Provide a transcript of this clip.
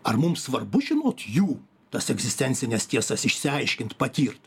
ar mum svarbu žinot jų tas egzistencines tiesas išsiaiškint patirt